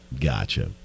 Gotcha